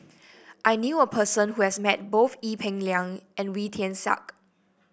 I knew a person who has met both Ee Peng Liang and Wee Tian Siak